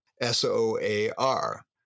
S-O-A-R